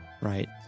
right